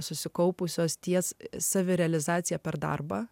susikaupusios ties savirealizacija per darbą